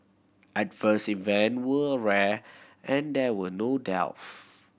adverse event were rare and there were no deaths